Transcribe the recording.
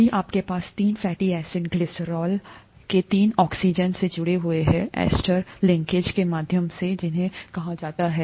यदि आपके पास तीन फैटी एसिड ग्लिसरॉल के तीन ऑक्सीजेन से जुड़े हुए हैं एस्टर लिंकेज के माध्यम से जैसा कि उन्हें कहा जाता है